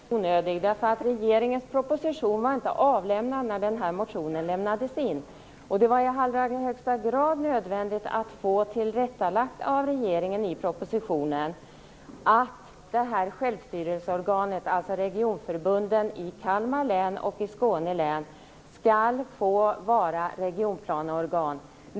Herr talman! Nej, motionen var inte onödig, eftersom regeringens proposition inte var avlämnad när motionen väcktes. Det var i allra högsta grad nödvändigt att få tillrättalagt av regeringen i propositionen att det här självstyrelseorganet, dvs. regionförbunden i Kalmar län och Skåne län, skall få vara regionplaneorgan.